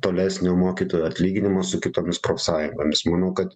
tolesnio mokytojų atlyginimų su kitomis profsąjungomis manau kad